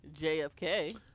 jfk